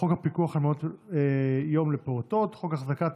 לחוק הפיקוח על מעונות יום לפעוטות, חוק החזקת